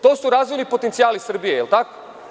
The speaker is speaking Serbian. To su razvojni potencijali Srbije, da li je tako?